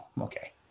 okay